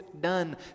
done